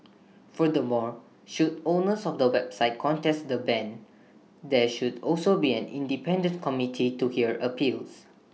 furthermore should owners of the websites contest the ban there should also be an independent committee to hear appeals